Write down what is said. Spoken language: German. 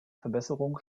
verbesserung